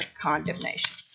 condemnation